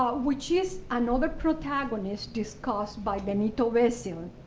ah which is another protagonist discussed by benito-vessels.